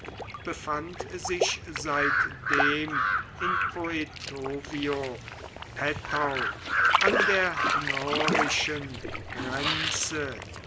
befand sich seitdem in poetovio pettau an der norischen grenze